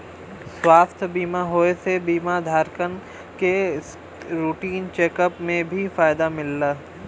स्वास्थ्य बीमा होये से बीमा धारकन के रूटीन चेक अप में भी फायदा मिलला